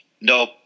no